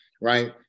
right